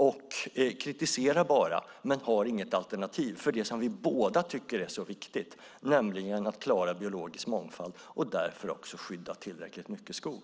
Ni bara kritiserar utan att ha något alternativ för det vi båda tycker är så viktigt, nämligen att klara den biologiska mångfalden och att därmed skydda tillräckligt mycket skog.